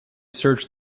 search